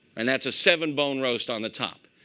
and that's a seven bone roast on the top.